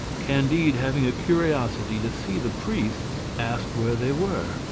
candide having a curiosity to see the priests asked where they were.